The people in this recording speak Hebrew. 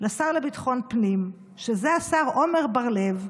לשר לביטחון פנים, שזה השר עמר בר-לב,